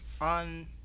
on